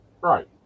right